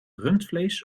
rundvlees